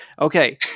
Okay